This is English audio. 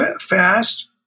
fast